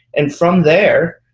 and from there,